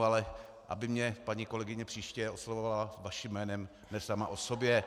Ale aby mě paní kolegyně příště oslovovala vaším jménem, ne sama o sobě.